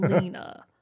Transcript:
lena